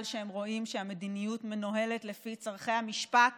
שהם רואים שהמדיניות מנוהלת לפי צורכי המשפט